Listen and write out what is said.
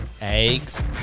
Eggs